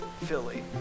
Philly